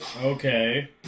Okay